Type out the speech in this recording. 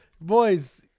Boys